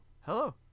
hello